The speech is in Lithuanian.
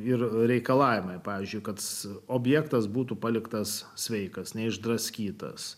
ir reikalavimai pavyzdžiui kad objektas būtų paliktas sveikas neišdraskytas